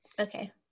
okay